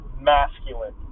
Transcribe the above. masculine